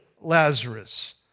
Lazarus